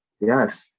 Yes